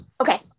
Okay